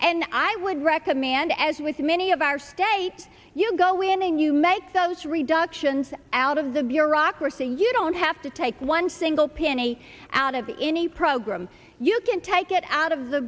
and i would recommand as with many of our states you go winning you make those reductions out of the bureaucracy you don't have to take one single penny out of any program you can take it out of the